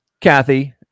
Kathy